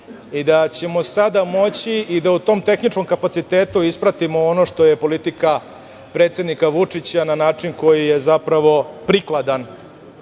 i da ćemo sada moći i da u tom tehničkom kapacitetu ispratimo ono što je politika predsednika Vučića, na način koji je zapravo prikladan,